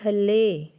ਥੱਲੇ